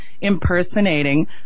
impersonating